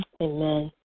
Amen